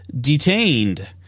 Detained